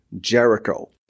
Jericho